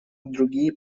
другие